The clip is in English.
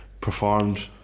performed